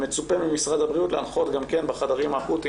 מצופה ממשרד הבריאות להנחות גם כן בחדרים אקוטיים